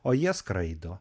o jie skraido